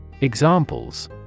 Examples